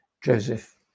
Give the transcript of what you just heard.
Joseph